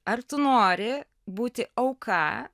ar tu nori būti auka